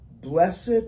blessed